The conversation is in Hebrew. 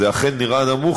זה אכן נראה נמוך,